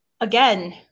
again